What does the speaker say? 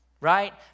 Right